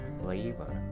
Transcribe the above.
flavor